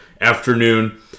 afternoon